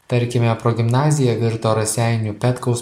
tarkime progimnazija virto raseinių petkaus